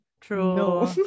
True